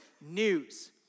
news